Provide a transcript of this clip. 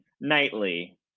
Nightly